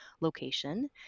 location